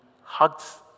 hugs